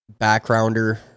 backgrounder